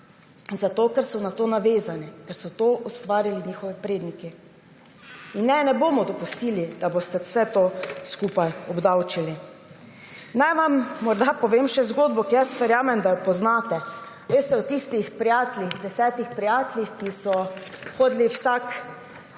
zato ker so na to navezani, ker so to ustvarili njihovi predniki. Ne, ne bomo dopustili, da boste vse to skupaj obdavčili. Naj vam morda povem še zgodbo, ki verjamem, da jo poznate. Veste o tistih prijateljih, 10 prijateljih, ki so hodili vsak